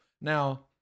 now